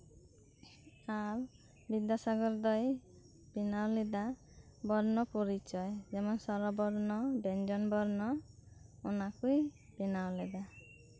ᱟᱨ ᱵᱤᱫᱽᱫᱟᱥᱟᱜᱚᱨ ᱫᱚᱭ ᱵᱮᱱᱟᱣ ᱞᱮᱫᱟ ᱵᱚᱨᱱᱚ ᱯᱚᱨᱤᱪᱚᱭ ᱥᱚᱨᱚᱵᱚᱨᱱᱚ ᱵᱮᱧᱡᱚᱱ ᱵᱚᱨᱱᱚ ᱚᱱᱟ ᱠᱚᱭ ᱵᱮᱱᱟᱣ ᱞᱮᱫᱟ